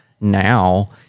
now